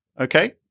okay